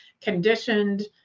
conditioned